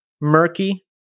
murky